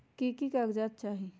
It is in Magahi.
की की कागज़ात चाही?